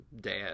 dad